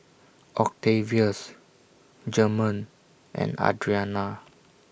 Octavius German and Adrianna